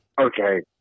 Okay